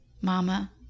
mama